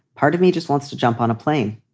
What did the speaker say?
part of me just wants to jump on a plane.